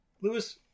lewis